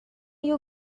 you